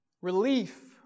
relief